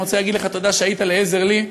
אני רוצה להגיד לך תודה שהיית לעזר לי,